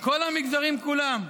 מכל המגזרים כולם?